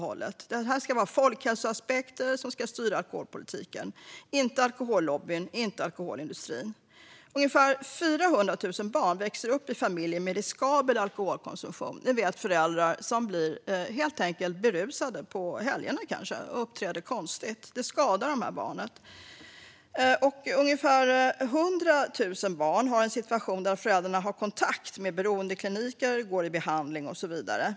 Det ska vara folkhälsoaspekter som ska styra alkoholpolitiken, inte alkohollobbyn och inte alkoholindustrin. Ungefär 400 000 barn växer upp i familjer med riskabel alkoholkonsumtion, det vill säga med föräldrar som helt enkelt blir berusade under helgerna och uppträder konstigt. Det skadar barnen. Ungefär 100 000 barn har en situation med föräldrar som har kontakt med beroendekliniker, går i behandling och så vidare.